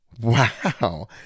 wow